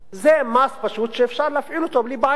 זה מס פשוט שאפשר להפעיל אותו בלי בעיות.